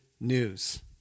news